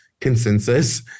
consensus